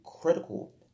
critical